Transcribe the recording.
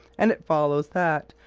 and it follows that,